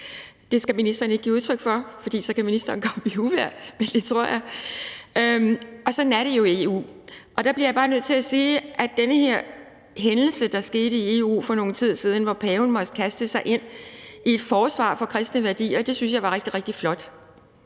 det skal ministeren ikke give udtryk for, for så kan ministeren komme ud i uvejr, tror jeg. Sådan er det jo i EU. Og der bliver jeg bare nødt til at sige, at den her hændelse, der fandt sted i EU for nogen tid siden, hvor paven måtte kaste sig ind i et forsvar for kristne værdier, synes jeg var rigtig, rigtig flot.